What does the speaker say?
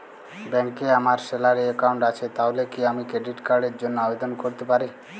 ব্যাংকে আমার salary account আছে তাহলে কি আমি ক্রেডিট কার্ড র জন্য আবেদন করতে পারি?